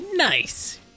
Nice